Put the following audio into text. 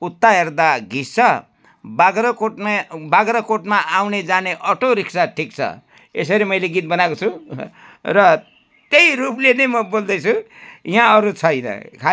उत्ता हेर्दा घिस छ बाख्राकोटमे बाख्राकोटमा आउने जाने अटोरिक्सा ठिक छ यसरी मैले गीत बनाएको छु र त्यही रूपले नै म बोल्दैछु यहाँ अरू छैन